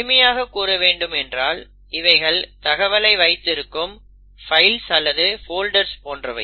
எளிமையாக கூற வேண்டும் என்றால் இவைகள் தகவலை வைத்திருக்கும் பைல்ஸ் அல்லது போல்டர்ஸ் போன்றவை